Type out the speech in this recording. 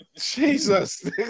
Jesus